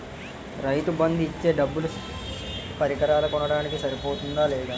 రైతు బందు ఇచ్చే డబ్బులు పరికరాలు కొనడానికి సరిపోతుందా లేదా?